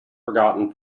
forgotten